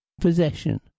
Possession